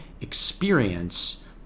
experience